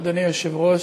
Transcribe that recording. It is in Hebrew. אדוני היושב-ראש,